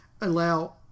allow